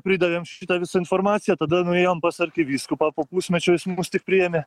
pridavėm šitą visą informaciją tada nuėjom pas arkivyskupą po pusmečio jis mus tik priėmė